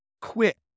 quit